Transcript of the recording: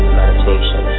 meditation